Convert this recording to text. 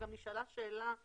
גם נשאלה שאלה,